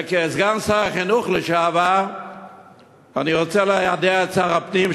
וכסגן שר החינוך לשעבר אני רוצה ליידע את שר הפנים,